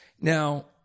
Now